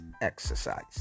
exercise